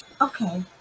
Okay